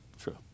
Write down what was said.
True